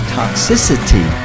toxicity